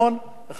העלות הזאת,